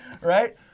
right